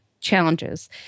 challenges